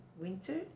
winter